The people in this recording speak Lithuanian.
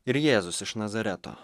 ir jėzus iš nazareto